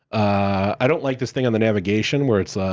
i don't like this thing on the navigation, where it's,